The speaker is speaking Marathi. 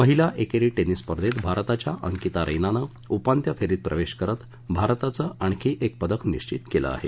महिला एकेरी टेनिस स्पर्धेत भारताच्या अंकिता रैनानं उपांत्य फेरीत प्रवेश करत भारताचं आणखी एक पदक निश्वित केलं आहे